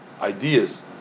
ideas